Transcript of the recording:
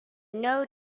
know